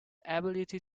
ability